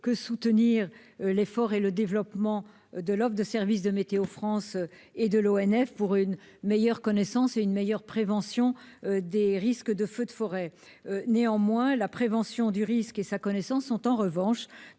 que soutenir l'effort de développement de l'offre de services de Météo-France et de l'ONF pour une meilleure connaissance et une meilleure prévention des risques de feux de forêt. Néanmoins, la prévention du risque et sa connaissance sont de la